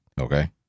Okay